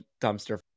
dumpster